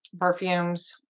perfumes